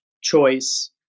choice